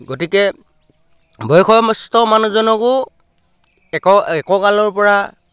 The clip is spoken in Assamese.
গতিকে বয়সস্থ মানুহজনকো এককালৰপৰা